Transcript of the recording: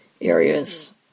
areas